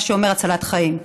מה שאומר הצלת חיים.